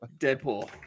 Deadpool